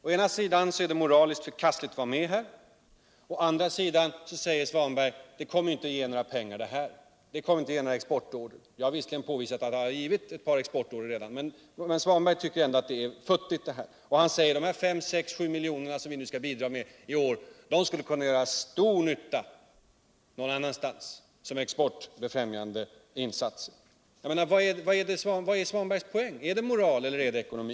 Å ena sidan anser ni att det är moraliskt förkastligt att vara med i IDB, å andra sidan säger herr Svanberg att det inte kommer att ge några pengar —- det kommer inte att ge några exportorder. Jag har visserligen påvisat att det redan givit ett par exportorder, men herr Svanberg tycker att dot är futtigt. Han säger att de fem sex sju miljoner som vi skall bidra med i år skulle kunna göra större nytta någon amerikanska utvecklingsbanken annanstans för exportbefrämjande insatser. Vilken är herr Svanbergs poäng? Vad är det fråga om — är det moral, eller är det ekonomi?